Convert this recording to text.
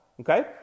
okay